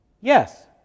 Yes